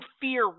fear